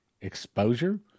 exposure